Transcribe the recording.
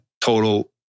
total